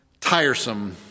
tiresome